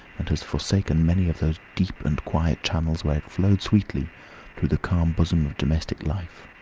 and has forsaken many of those deep and quiet channels where it flowed sweetly through the calm bosom of domestic life.